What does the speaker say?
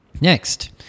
Next